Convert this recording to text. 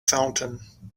fountain